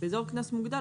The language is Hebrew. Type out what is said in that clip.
באזור קנס מוגבל,